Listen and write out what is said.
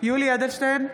יולי יואל אדלשטיין,